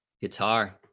guitar